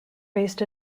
raised